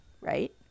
right